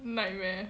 nightmare